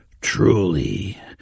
truly